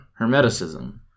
Hermeticism